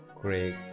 Great